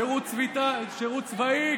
שירות צבאי,